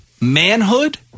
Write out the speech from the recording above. manhood